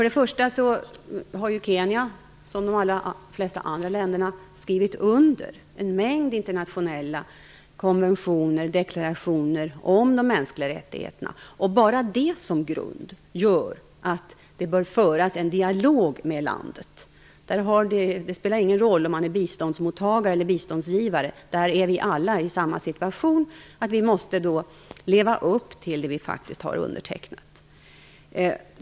Kenya har ju, som de flesta andra länder, skrivit under en mängd internationella konventioner och deklarationer om de mänskliga rättigheterna. Med detta som grund bör det föras en dialog med landet. Det spelar ingen roll om man är biståndsmottagare eller biståndsgivare. Vi är alla i samma situation. Vi måste leva upp till det vi faktiskt har undertecknat.